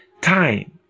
Time